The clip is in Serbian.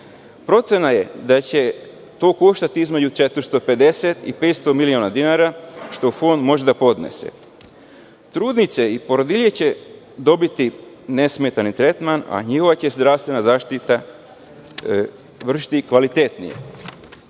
je da će to koštati između 450 i 500 miliona dinara što Fond može da podnese. Trudnice i porodilje će dobiti nesmetani tretman, a njihova će se zdravstvena zaštita vršiti kvalitetnije.U